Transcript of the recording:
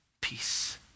peace